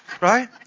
Right